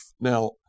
Now